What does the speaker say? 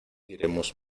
iremos